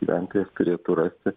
gyventojas turėtų rasti